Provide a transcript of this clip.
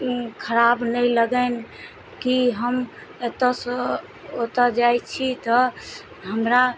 खराब नहि लागनि की हम एतऽ सँ ओतऽ जाइ छी तऽ हमरा